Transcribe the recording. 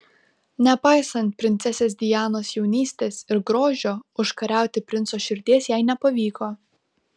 nepaisant princesės dianos jaunystės ir grožio užkariauti princo širdies jai nepavyko